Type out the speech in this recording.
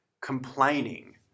complaining